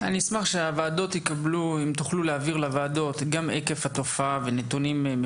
אני אשמח שהוועדות יקבלו מכם נתונים מפורטים על היקף התופעה,